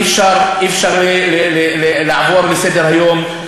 אי-אפשר לעבור לסדר-היום,